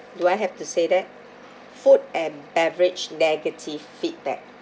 do I have to say that food and beverage negative feedback